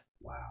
Wow